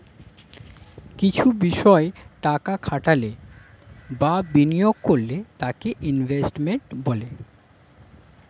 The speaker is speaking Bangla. কিছু বিষয় টাকা খাটালে বা বিনিয়োগ করলে তাকে ইনভেস্টমেন্ট বলে